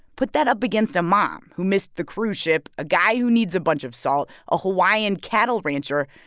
put that up against a mom who missed the cruise ship, a guy who needs a bunch of salt, a hawaiian cattle rancher.